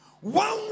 One